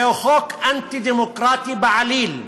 זהו חוק אנטי-דמוקרטי בעליל,